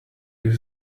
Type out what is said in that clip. you